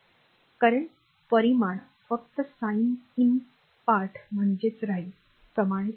current परिमाण फक्त sine in part प्रमाणेच राहील